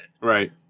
Right